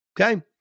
Okay